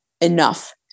enough